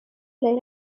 lei